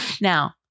Now